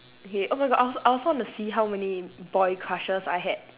okay oh my god I also I also want to see how many boys crushes I had